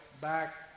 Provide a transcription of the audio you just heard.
back